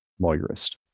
Lawyerist